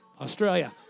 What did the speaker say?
Australia